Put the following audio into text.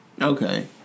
Okay